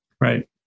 Right